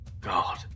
God